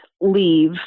leave